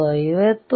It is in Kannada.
RN 50 Ω ಆಗುತ್ತದೆ